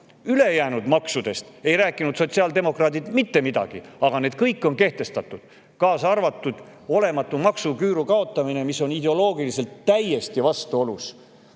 Ülejäänud maksudest ei rääkinud sotsiaaldemokraadid mitte midagi, aga need kõik on kehtestatud, kaasa arvatud olematu maksuküüru kaotamine, mis on ideoloogiliselt täiesti vastuolus